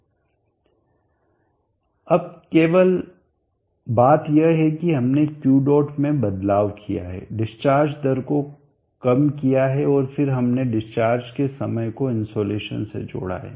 अब केवल बात यह है कि हमने Q डॉट में बदलाव किया है डिस्चार्ज दर को कम किया है और फिर हमने डिस्चार्ज के समय को इन्सोलेसन से जोड़ा है